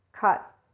cut